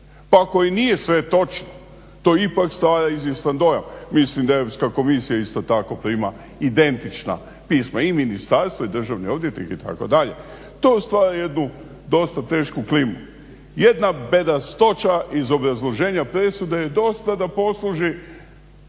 Pa ako i nije sve točno to ipak staje iz …/Govornik se ne razumije./… mislim da Europska komisija isto tako prima identična pisma i ministarstvo i državni odvjetnik itd. to u stvari jednu dosta tešku klimu. Jedna bedastoća iz obrazloženja presude je dosta da posluži